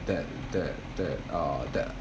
that that that uh that